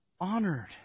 honored